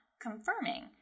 confirming